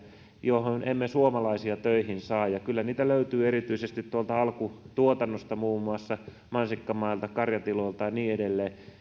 joihin emme suomalaisia töihin saa kyllä niitä löytyy erityisesti tuolta alkutuotannosta muun muassa mansikkamailta karjatiloilta ja niin